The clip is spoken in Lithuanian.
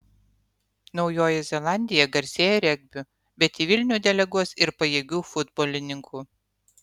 naujoji zelandija garsėja regbiu bet į vilnių deleguos ir pajėgių futbolininkų